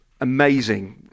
amazing